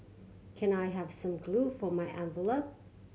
can I have some glue for my envelope